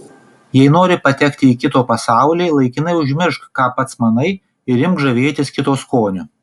jei nori patekti į kito pasaulį laikinai užmiršk ką pats manai ir imk žavėtis kito skoniu